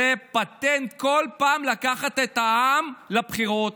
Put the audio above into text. פטנט בכל פעם לקחת את העם לבחירות,